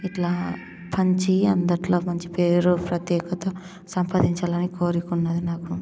ఇలా పంచి అందరిలో మంచి పేరు ప్రత్యేకత సంపాదించాలని కోరిక ఉన్నది నాకు